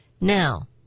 Now